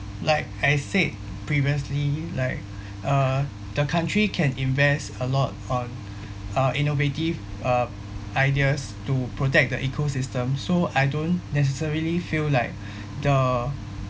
like I said previously like uh the country can invest a lot on uh innovative uh ideas to protect the ecosystem so I don't necessarily feel like the